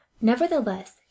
nevertheless